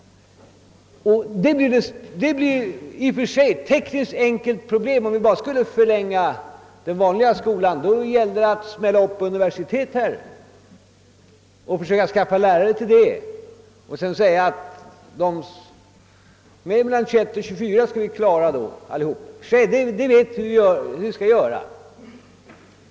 Det blir i och för sig ett tekniskt enkelt problem; om det bara gäller att förlänga den vanliga skolan är det fråga om att bygga upp universitet och skaffa lärare till dessa för att klara utbildningen av dem som är mellan 21 och 24 år, och därvidlag vet vi hur vi skall göra.